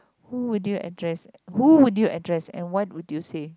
who would you address who would you address and what would you say